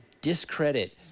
discredit